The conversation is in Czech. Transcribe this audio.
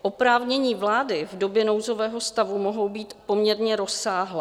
Oprávnění vlády v době nouzového stavu mohou být poměrně rozsáhlá.